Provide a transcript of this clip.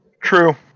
True